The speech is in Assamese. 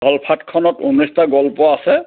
ধলফাটখনত ঊনৈছটা গল্প আছে